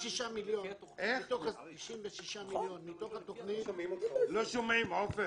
96 מיליון מתוך התכנית --- לא שומעים, עופר.